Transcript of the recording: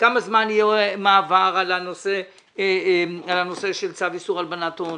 כמה זמן יהיה מעבר בנושא צו איסור הלבנת הון,